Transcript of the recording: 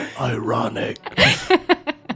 Ironic